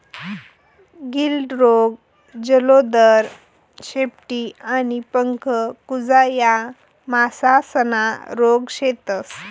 गिल्ड रोग, जलोदर, शेपटी आणि पंख कुजा या मासासना रोग शेतस